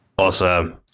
Awesome